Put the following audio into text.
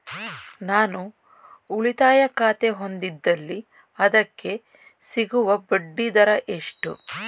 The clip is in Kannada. ನಾನು ಉಳಿತಾಯ ಖಾತೆ ಹೊಂದಿದ್ದಲ್ಲಿ ಅದಕ್ಕೆ ಸಿಗುವ ಬಡ್ಡಿ ದರ ಎಷ್ಟು?